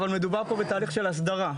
אבל מדובר פה בתהליך של הסדרה.